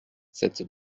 cette